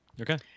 okay